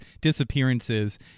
disappearances